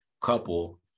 couple